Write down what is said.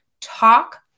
talk